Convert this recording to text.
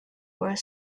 were